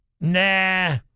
nah